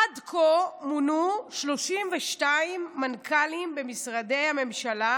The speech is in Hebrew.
עד כה מונו 32 מנכ"לים במשרדי הממשלה,